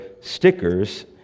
stickers